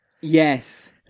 Yes